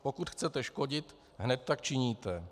Pokud chcete škodit, hned tak činíte.